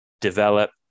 develop